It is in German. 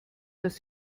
dass